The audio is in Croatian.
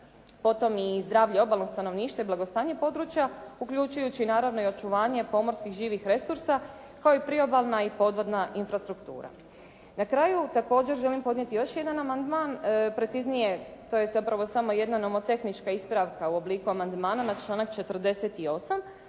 Potom i zdravlje obalnog stanovništva i blagostanje područja, uključujući naravno i očuvanje pomorskih živih resursa, kao i priobalna i podvodna infrastruktura. Na kraju također želim podnijeti još jedan amandman, preciznije to je zapravo samo jedna nomotehnička ispravka u obliku amandmana na članak 48.